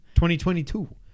2022